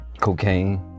cocaine